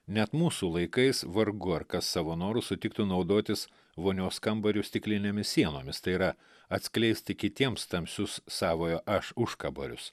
net mūsų laikais vargu ar kas savo noru sutiktų naudotis vonios kambarį stiklinėmis sienomis tai yra atskleisti kitiems tamsius savojo aš užkaborius